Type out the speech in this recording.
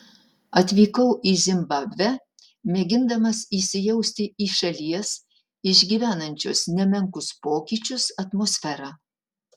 atvykau į zimbabvę mėgindamas įsijausti į šalies išgyvenančios nemenkus pokyčius atmosferą